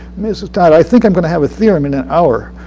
mrs. todd, i think i'm going to have a theorem in an hour.